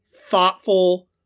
thoughtful